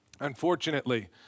unfortunately